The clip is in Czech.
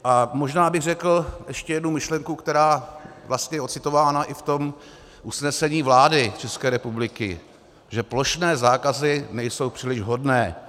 A možná bych řekl ještě jednu myšlenku, která je vlastně ocitována i v tom usnesení vlády České republiky, že plošné zákazy nejsou příliš vhodné.